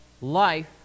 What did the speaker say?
life